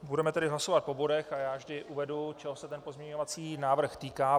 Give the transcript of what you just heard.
Budeme tedy hlasovat po bodech a já vždy uvedu, čeho se pozměňovací návrh týká.